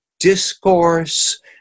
discourse